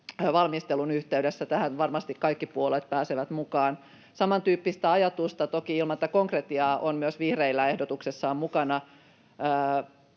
valmistelun yhteydessä. Tähän varmasti kaikki puolueet pääsevät mukaan. Samantyyppistä ajatusta toki ilman tätä konkretiaa on myös vihreillä ehdotuksessaan mukana.